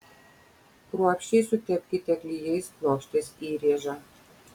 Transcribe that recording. kruopščiai sutepkite klijais plokštės įrėžą